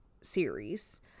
series